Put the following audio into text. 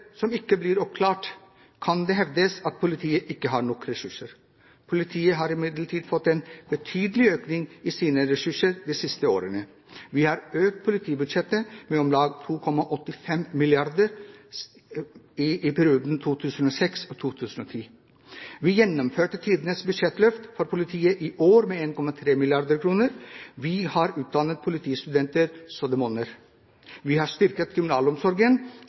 som ikke blir oppklart, kan det hevdes at politiet ikke har nok ressurser. Politiet har imidlertid fått en betydelig økning i sine ressurser de siste årene. Vi har økt politibudsjettet med om lag 2,85 mrd. kr i perioden 2006–2010. Vi gjennomførte tidenes budsjettløft for politiet i år med 1,3 mrd. kr. Vi har utdannet politistudenter så det monner. Vi har styrket kriminalomsorgen,